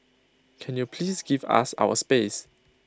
can you please give us our space